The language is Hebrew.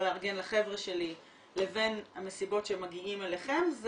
לארגן לחבר'ה שלי לבין מסיבות שמגיעים אליכם,